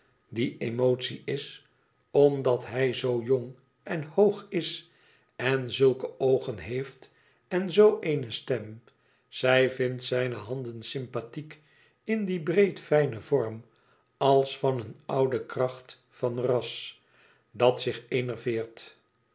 die emotie is omdat hij zoo jong en hoog is en zulke oogen heeft en zoo eene stem zij vindt zijne handen sympathiek in dien breed fijnen vorm als van een oude kracht van ras dat zich enerveert